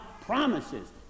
promises